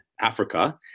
Africa